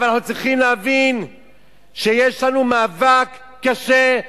ואנחנו צריכים להבין שיש לנו מאבק קשה,